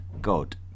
God